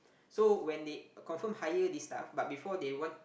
so when they confirm hire this staff but before they want